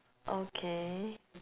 okay